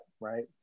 right